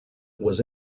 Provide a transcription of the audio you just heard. was